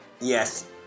Yes